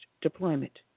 deployment